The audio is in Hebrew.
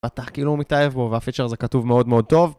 בטח כאילו הוא מתאהב בו, והפיצ'ר זה כתוב מאוד מאוד טוב